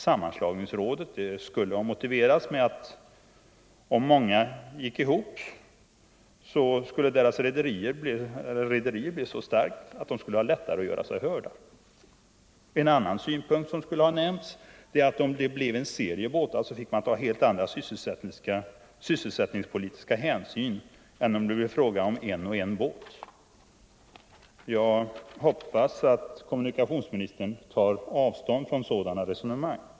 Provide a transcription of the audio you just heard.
Rådet om en sådan sammanslagning motiverades med att om många gick ihop, så skulle rederiet bli så starkt att de skulle ha lättare att göra sig hörda. En annan synpunkt som skulle ha nämnts är att om det blev en serie båtar så fick man ta helt andra sysselsättningspolitiska hänsyn än om det är fråga om en och en båt. Jag hoppas att kommunikationsministern tar avstånd från sådana resonemang.